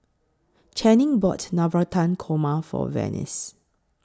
Channing bought Navratan Korma For Venice